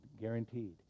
Guaranteed